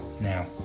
now